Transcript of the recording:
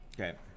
okay